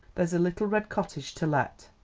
there's a little red cottage to let,